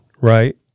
right